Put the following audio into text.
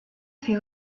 fait